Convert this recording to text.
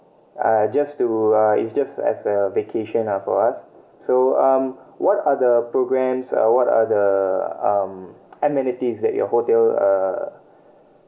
uh just to uh it's just as a vacation ah for us so um what are the programmes uh what are the um amenities that your hotel uh